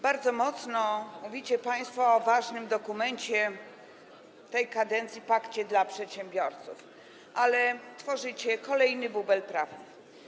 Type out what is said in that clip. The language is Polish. Bardzo mocno mówicie państwo o ważnym dokumencie w tej kadencji, o pakiecie dla przedsiębiorców, ale tworzycie kolejny bubel prawny.